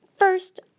First